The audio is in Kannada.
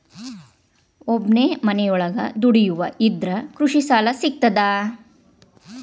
ಒಬ್ಬನೇ ಮನಿಯೊಳಗ ದುಡಿಯುವಾ ಇದ್ರ ಕೃಷಿ ಸಾಲಾ ಸಿಗ್ತದಾ?